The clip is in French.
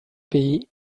pays